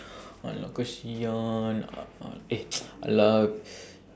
alah kasihan eh alah